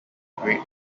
great